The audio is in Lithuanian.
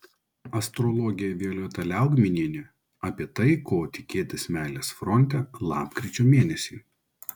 astrologė violeta liaugminienė apie tai ko tikėtis meilės fronte lapkričio mėnesį